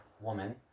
woman